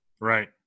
Right